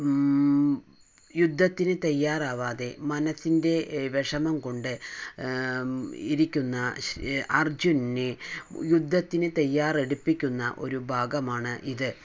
യുദ്ധത്തിന് തയ്യാറായവാതെ മനസ്സിന്റെ വിഷമം കൊണ്ട് ഇരിക്കുന്ന അർജുനനെ യുദ്ധത്തിന് തയാറെടുപ്പിക്കുന്ന ഒരു ഭാഗമാണ് ഇത്